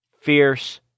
Fierce